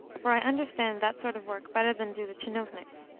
for i understand that sort of work better than do the tchinovniks,